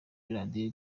radiyo